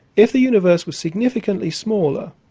if the universe was significantly smaller,